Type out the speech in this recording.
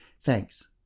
Thanks